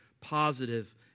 positive